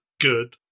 Good